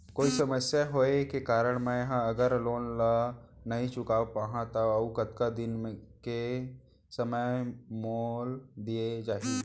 कोई समस्या होये के कारण मैं हा अगर लोन ला नही चुका पाहव त अऊ कतका दिन में समय मोल दीये जाही?